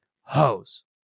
hose